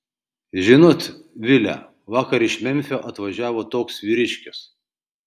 žinot vile vakar iš memfio atvažiavo toks vyriškis